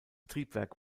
triebwerk